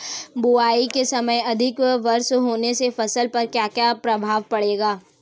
बुआई के समय अधिक वर्षा होने से फसल पर क्या क्या प्रभाव पड़ेगा?